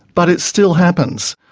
but it still happens.